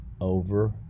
over